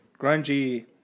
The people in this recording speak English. grungy